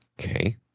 Okay